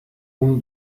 اون